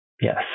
Yes